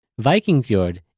Vikingfjord